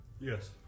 Yes